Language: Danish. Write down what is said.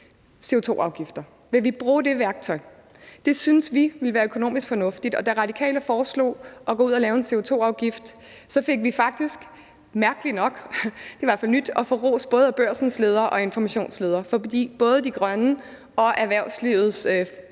CO2-afgifter? Vil vi bruge det værktøj? Det synes vi ville være økonomisk fornuftigt, og da Radikale foreslog at gå ud og lave en CO2-afgift, fik vi faktisk mærkeligt nok ros – det er i hvert fald nyt at få ros både af Børsens leder og af Informations leder. For både de grønnes og erhvervslivets